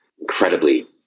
incredibly